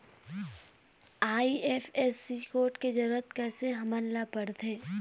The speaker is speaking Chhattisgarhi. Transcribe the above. आई.एफ.एस.सी कोड के जरूरत कैसे हमन ला पड़थे?